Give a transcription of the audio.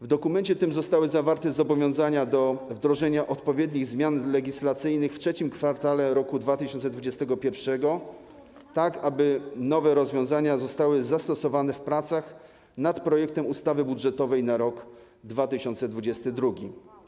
W dokumencie tym zostało zawarte zobowiązanie do wdrożenia odpowiednich zmian legislacyjnych w III kwartale roku 2021 tak, aby nowe rozwiązania zostały zastosowane w pracach nad projektem ustawy budżetowej na rok 2022.